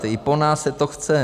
I po nás se to chce.